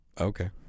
Okay